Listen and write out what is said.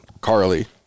Carly